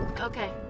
Okay